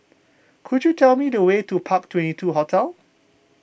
could you tell me the way to Park Twenty two Hotel